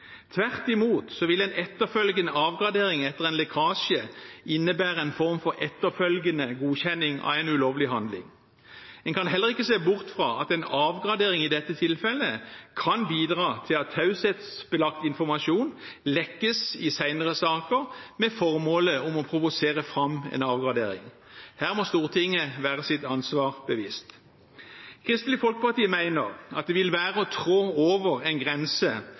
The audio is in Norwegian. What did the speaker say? Tvert imot vil en etterfølgende avgradering etter en lekkasje innebære en form for etterfølgende godkjenning av en ulovlig handling. Man kan heller ikke se bort fra at en avgradering i dette tilfellet kan bidra til at taushetsbelagt informasjon lekkes i senere saker med det formål å provosere fram en avgradering. Her må Stortinget være seg sitt ansvar bevisst. Kristelig Folkeparti mener det vil være å trå over en grense